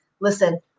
listen